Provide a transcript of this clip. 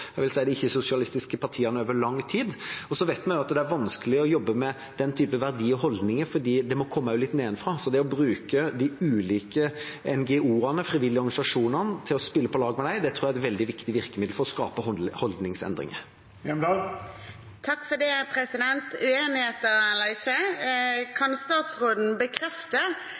jeg vil si de ikke-sosialistiske partiene over lang tid. Vi vet at det er vanskelig å jobbe med den typen verdier og holdninger, for det må komme litt nedenfra også, så det å bruke de ulike NGO-ene, frivillige organisasjonene, til å spille på lag med dem, tror jeg er et veldig viktig virkemiddel for å skape holdningsendringer. Uenigheter eller ikke, kan statsråden bekrefte